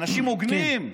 אנשים הוגנים,